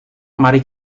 mari